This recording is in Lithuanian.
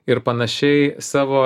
ir panašiai savo